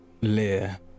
Lear